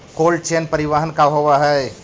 Cold chain परिवहन का होव हइ?